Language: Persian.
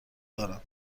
دارم